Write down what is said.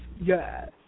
Yes